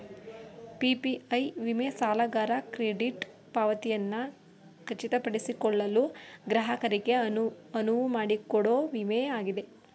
PPI ವಿಮೆ ಸಾಲಗಾರ credit ಪಾವತಿಯನ್ನ ಖಚಿತಪಡಿಸಿಕೊಳ್ಳಲು ಗ್ರಾಹಕರಿಗೆ ಅನುವುಮಾಡಿಕೊಡೊ ವಿಮೆ ಆಗಿದೆ